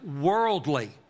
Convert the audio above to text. worldly